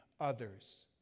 others